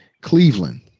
Cleveland